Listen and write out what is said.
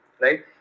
right